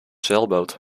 zeilboot